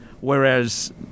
Whereas